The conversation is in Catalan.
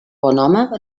bonhome